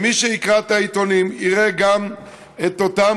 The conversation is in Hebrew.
מי שיקרא את העיתונים יראה גם את אותן